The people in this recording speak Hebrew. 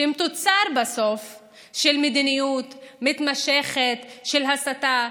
שהם בסוף תוצר של מדיניות מתמשכת של הסתה,